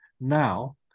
now